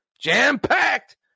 Jam-packed